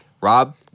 Rob